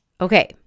Okay